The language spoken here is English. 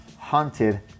haunted